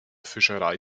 fischerei